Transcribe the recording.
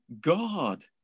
God